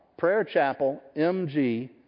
Prayerchapelmg